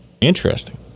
Interesting